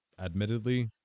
admittedly